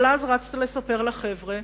אבל אז רצת לספר לחבר'ה,